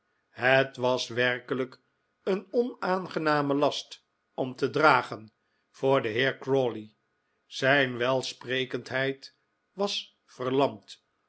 het was werkelijk een onaangename last om te dragen voor den heer crawley zijn welsprekendheid was verlamd